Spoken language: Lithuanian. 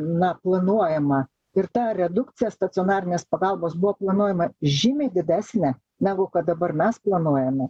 na planuojama ir ta redukcija stacionarinės pagalbos buvo planuojama žymiai didesnė negu kad dabar mes planuojame